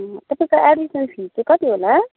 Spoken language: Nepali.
तपाईँको एडमिसन फिस चाहिँ कति होला